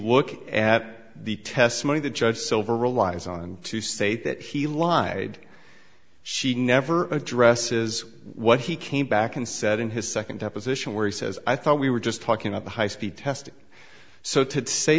look at the testimony the judge silver relies on to say that he lied she never address is what he came back and said in his second deposition where he says i thought we were just talking up a high speed test so to say